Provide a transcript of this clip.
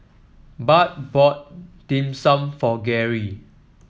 Bart bought Dim Sum for Geri